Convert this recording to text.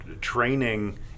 training